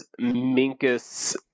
Minkus